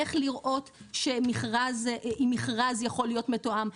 איך לראות אם מכרז יכול להיות מתואם,